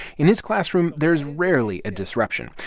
in his classroom, there's rarely a disruption.